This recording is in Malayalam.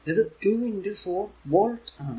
ഇത് 2 4 വോൾട് ആണ്